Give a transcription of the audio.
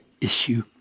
issue